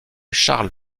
charles